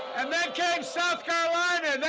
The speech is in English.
and then came south carolina.